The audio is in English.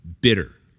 bitter